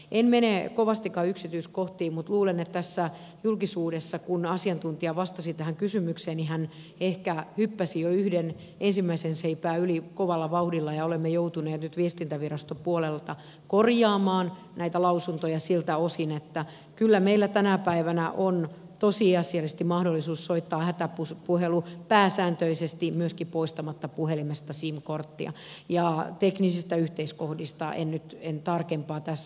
en mene kovastikaan yksityiskohtiin mutta luulen että julkisuudessa kun asiantuntija vastasi tähän kysymykseen hän ehkä hyppäsi jo yhden ensimmäisen seipään yli kovalla vauhdilla ja olemme joutuneet nyt viestintäviraston puolelta korjaamaan näitä lausuntoja siltä osin että kyllä meillä tänä päivänä on tosiasiallisesti mahdollisuus soittaa hätäpuhelu pääsääntöisesti myöskin poistamatta puhelimesta sim korttia ja teknisistä yksityiskohdista en nyt puhu sen tarkemmin tässä